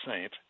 Saint